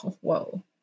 Whoa